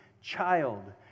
child